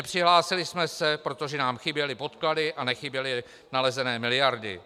Nepřihlásili jsme se, protože nám chyběly podklady a nechyběly nalezené miliardy.